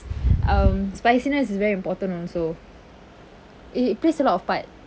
um spiciness is very important also it plays a lot of part